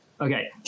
Okay